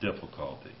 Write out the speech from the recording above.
difficulty